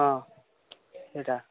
ହଁ ସେଇଟା